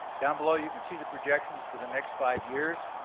down below, you can see the projections for the next five years.